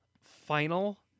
final